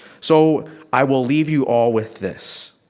so i will leave you all with this.